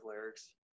lyrics